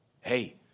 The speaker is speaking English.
hey